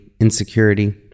insecurity